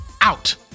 out